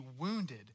wounded